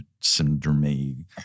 syndrome